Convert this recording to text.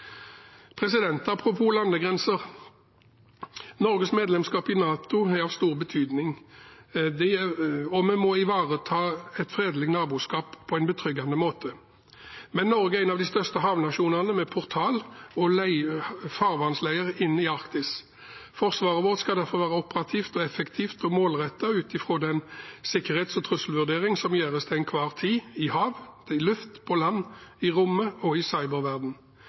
landegrenser – Norges medlemskap i NATO er av stor betydning, og vi må ivareta et fredelig naboskap på en betryggende måte. Men Norge er en av de største havnasjonene med portal og farvannsleder inn i Arktis. Forsvaret vårt skal derfor være operativt, effektivt og målrettet ut fra den sikkerhets- og trusselvurdering som gjøres til enhver tid i hav, i luft, på land, i rommet og i